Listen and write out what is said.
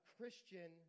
Christian